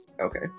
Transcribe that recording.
Okay